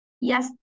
yes